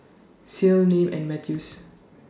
Ceil Nim and Mathews